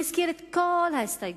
הוא הזכיר את כל ההסתייגויות.